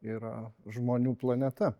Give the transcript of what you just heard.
yra žmonių planeta